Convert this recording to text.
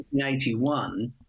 1981